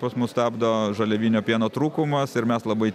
pas mus stabdo žaliavinio pieno trūkumas ir mes labai